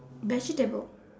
vegetable